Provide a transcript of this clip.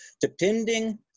Depending